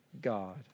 God